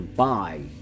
bye